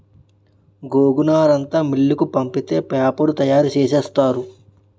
గోగునారంతా మిల్లుకు పంపితే పేపరు తయారు సేసేత్తారు